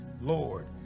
Lord